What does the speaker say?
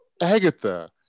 Agatha